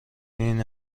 این